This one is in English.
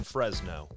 Fresno